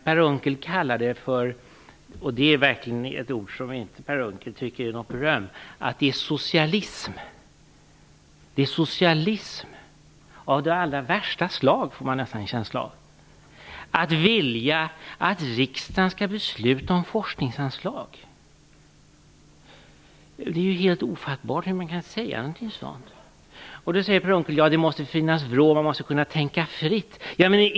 Per Unckel kallar det för - och det är verkligen ett ord som Per Unckel inte tycker innebär beröm - socialism, och man får en känsla av det är socialism av allra värsta slag. Att vilja att riksdagen skall besluta om forskningsanslag, det är helt ofattbart hur man kan säga någonting sådant. Per Unckel säger att det måste finnas en vrå och att man måste kunna tänka fritt.